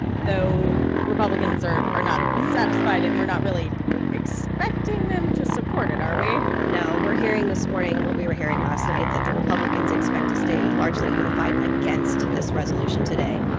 though republicans are are not satisfied, and we're not really expecting them to support it, are we? no, we're hearing this morning what we were hearing last night that the republicans expect to stay largely unified against this resolution today.